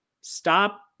stop